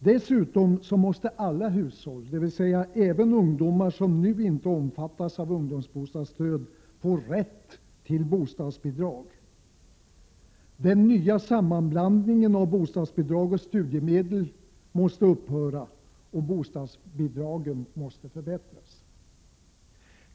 Dessutom måste alla hushåll, dvs. även ungdomar som nu inte omfattas av ungdomsbostadsstöd, få rätt till bostadsbidrag. Den nya sammanblandningen av bostadsbidrag och studiemedel måste upphöra och bostadsbidragen förbättras.